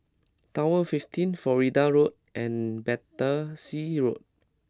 Tower Fifteen Florida Road and Battersea Road